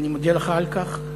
אני מודה לך על כך.